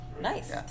Nice